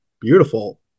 beautiful